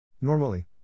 Normally